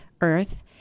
earth